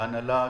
והנהלה שהתחלפה.